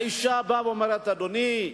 האשה אומרת: אדוני,